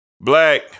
Black